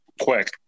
quick